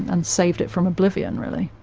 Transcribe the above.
and saved it from oblivion really.